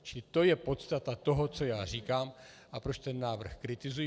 Čili to je podstata toho, co já říkám a proč ten návrh kritizuji.